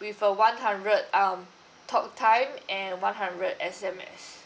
with a one hundred um talk time and one hundred S_M_S